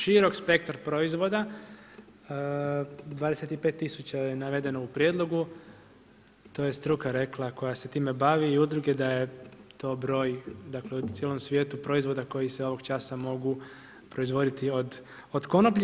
Širok spektar proizvoda, 25 tisuća je navedeno u prijedlogu, to je struka rekla koja se time bavi i udruge da je to broj dakle, u cijelom svijetu proizvoda koji se ovog časa mogu proizvoditi od konoplje.